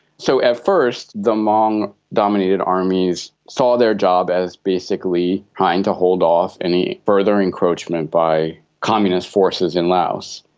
so at first the hmong dominated armies saw their job as basically trying to hold off any further encroachment by communist forces in laos.